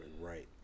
right